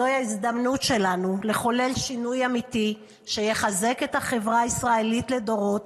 זוהי ההזדמנות שלנו לחולל שינוי אמיתי שיחזק את החברה הישראלית לדורות.